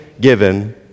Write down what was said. given